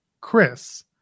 chris